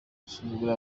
gusuzugura